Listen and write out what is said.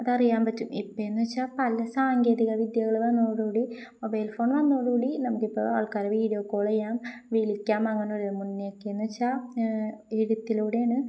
അതറിയാൻ പറ്റും ഇപ്പോഴെന്ന് വെച്ചാല് പല സാങ്കേതികവിദ്യകള് വന്നതോടുകൂടി മൊബൈൽ ഫോൺ വന്നതോടുകൂടി നമുക്കിപ്പോള് ആൾക്കാരെ വീഡിയോ കോള് ചെയ്യാം വിളിക്കാം അങ്ങനെയൊക്കെ മുന്നെയൊക്കെയെന്നുവെച്ചാല് എഴുത്തിലൂടെയാണ്